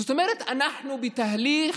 זאת אומרת, אנחנו בתהליך